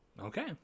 Okay